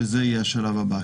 וזה יהיה השלב הבא.